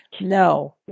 No